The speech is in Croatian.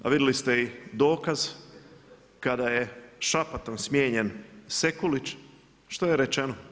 A vidjeli ste i dokaz kada je šapatom smijenjen Sekulić što je rečeno?